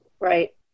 Right